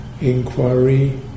inquiry